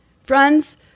friends